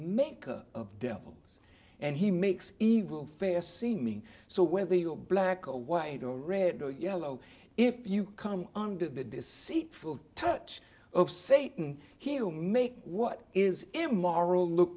maker of devils and he makes evil fair seeming so whether you're black or white or red or yellow if you come under the seat full touch of satan he'll make what is immoral look